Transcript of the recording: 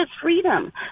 freedom